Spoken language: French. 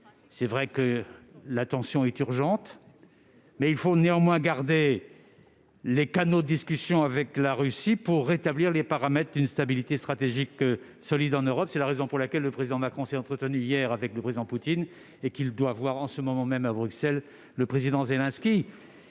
est vrai que la situation est urgente, mais il faut néanmoins garder les canaux de discussion avec la Russie pour rétablir les paramètres d'une stabilité stratégique solide en Europe. C'est la raison pour laquelle le président Macron s'est entretenu hier avec le président Poutine et qu'il doit voir en ce moment même à Bruxelles le président Zelensky.